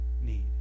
need